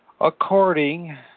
according